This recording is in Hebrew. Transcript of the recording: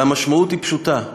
והמשמעות היא פשוטה: